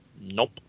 nope